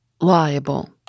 liable